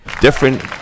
different